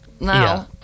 No